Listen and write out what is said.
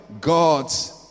God's